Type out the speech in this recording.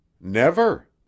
Never